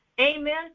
Amen